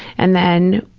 and then,